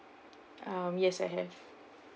um yes I have